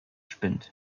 spinnt